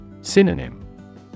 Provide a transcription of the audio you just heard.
Synonym